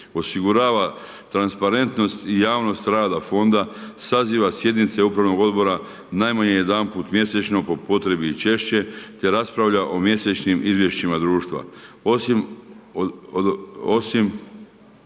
osigurava transparentnost i javnost rad fonda saziva sjednice upravnog odbora najmanje jedanput mjesečno, po potrebi i češće te raspravlja o mjesečnim izvješćima društva.